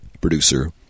producer